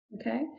Okay